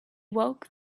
awoke